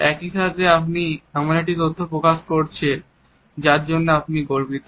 একই সাথে আপনি এমন একটি তথ্য প্রকাশ করছে যার জন্য আপনি গর্বিত